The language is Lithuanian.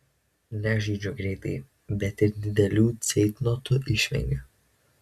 nežaidžiu greitai bet ir didelių ceitnotų išvengiu